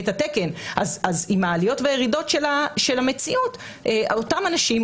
אז עם העליות והירידות של המציאות אותם אנשים,